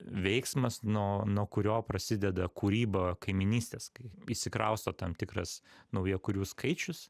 veiksmas nuo nuo kurio prasideda kūryba kaimynystės kai įsikrausto tam tikras naujakurių skaičius